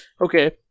okay